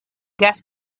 gas